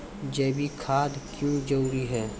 जैविक खाद क्यो जरूरी हैं?